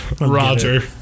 Roger